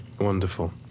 Wonderful